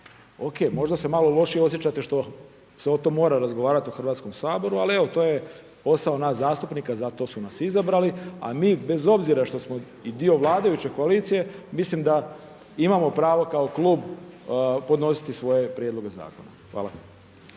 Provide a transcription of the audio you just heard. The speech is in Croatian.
O.k. Možda se malo lošije osjećate što se o tom mora razgovarat u Hrvatskom saboru, ali evo to je posao nas zastupnika, za to su nas izabrali. A mi bez obzira što smo i dio vladajuće koalicije mislim da imamo pravo kao klub podnositi svoje prijedloge zakona. Hvala.